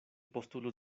postulos